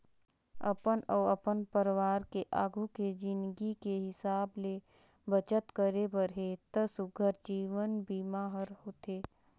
अपन अउ अपन परवार के आघू के जिनगी के हिसाब ले बचत करे बर हे त सुग्घर जीवन बीमा हर होथे